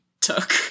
took